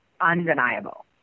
undeniable